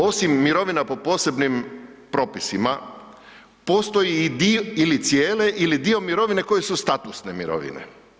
Osim mirovina po posebnim propisima postoji i dio ili cijele ili dio mirovine koje su statusne mirovine.